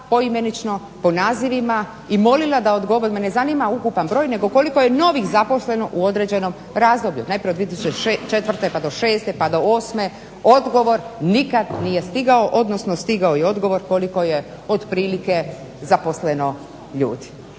poimenično po nazivima i molila da odgovore. Mene ne zanima ukupan broj, nego koliko je novih zaposleno u određenom razdoblju. Najprije od 2004., pa do šeste, pa do osme. Odgovor nikad nije stigao, odnosno stigao je odgovor koliko je otprilike zaposleno ljudi.